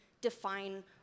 define